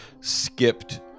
skipped